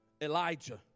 Elijah